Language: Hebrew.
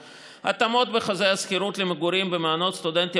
(2) התאמות בחוזה השכירות למגורים במעונות סטודנטים